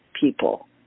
people